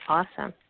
Awesome